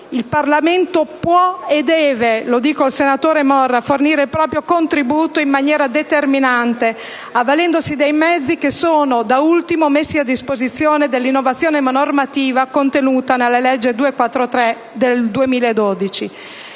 Il Parlamento può e deve fornire - lo dico al senatore Morra - il proprio contributo in maniera determinante, avvalendosi dei mezzi che sono, da ultimo, messi a disposizione dall'innovazione normativa contenuta nella legge n. 234 del 2012.